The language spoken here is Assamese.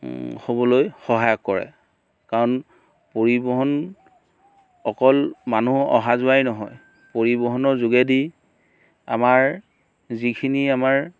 হ'বলৈ সহায় কৰে কাৰণ পৰিবহণ অকল মানুহ অহা যোৱাই নহয় পৰিবহণৰ যোগেদি আমাৰ যিখিনি আমাৰ